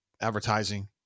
advertising